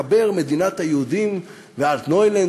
מחבר "מדינת היהודים" ו"אלטנוילנד",